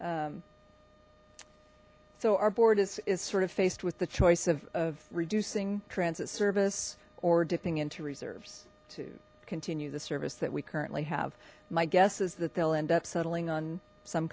else so our board is is sort of faced with the choice of reducing transit service or dipping into reserves to continue the service that we currently have my guess is that they'll end up settling on some